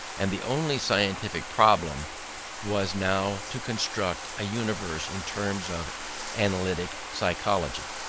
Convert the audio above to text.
and the only scientific problem was now to construct a universe in terms of analytic psychology.